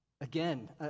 again